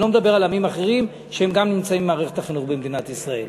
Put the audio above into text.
אני לא מדבר על עמים אחרים שגם נמצאים במערכת החינוך במדינת ישראל.